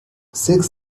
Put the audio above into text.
six